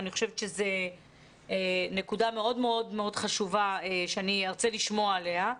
אני חושבת שזו נקודה מאוד מאוד חשובה שאני ארצה לשמוע עליה.